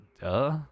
duh